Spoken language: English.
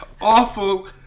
awful